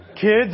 Kids